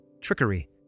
trickery